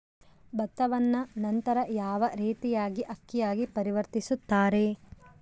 ಭತ್ತವನ್ನ ನಂತರ ಯಾವ ರೇತಿಯಾಗಿ ಅಕ್ಕಿಯಾಗಿ ಪರಿವರ್ತಿಸುತ್ತಾರೆ?